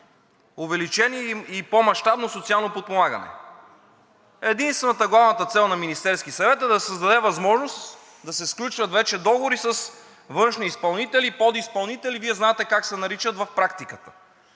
увеличение и по-мащабно социално подпомагане. Главната цел на Министерския съвет е да се създаде възможност да се сключват вече договори с външни изпълнители и подизпълнители и Вие знаете как се наричат в практиката